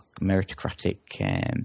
meritocratic